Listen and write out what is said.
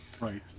right